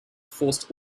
forced